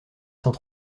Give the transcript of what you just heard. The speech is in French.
cent